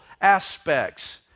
aspects